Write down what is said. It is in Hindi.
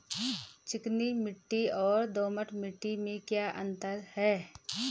चिकनी मिट्टी और दोमट मिट्टी में क्या क्या अंतर है?